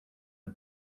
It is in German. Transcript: mit